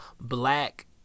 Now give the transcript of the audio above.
black